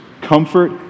comfort